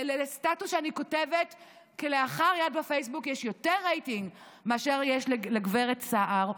לסטטוס שאני כותבת כלאחר יד בפייסבוק יש יותר רייטינג מאשר לגב' סער.